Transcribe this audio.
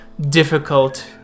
difficult